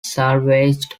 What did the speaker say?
salvaged